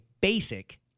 basic